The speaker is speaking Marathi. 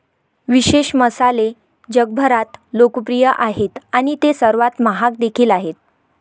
विशेष मसाले जगभरात लोकप्रिय आहेत आणि ते सर्वात महाग देखील आहेत